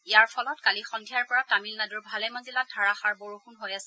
ইয়াৰ ফলত কালি সদ্ধিয়াৰে পৰা তামিলনাডুৰ ভালেমান জিলাত ধাৰাসাৰ বৰষুণ হৈ আছে